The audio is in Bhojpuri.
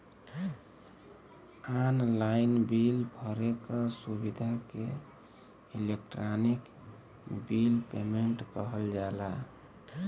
ऑनलाइन बिल भरे क सुविधा के इलेक्ट्रानिक बिल पेमेन्ट कहल जाला